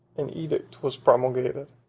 an edict was promulgated,